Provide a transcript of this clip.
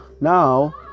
Now